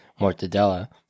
mortadella